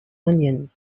onions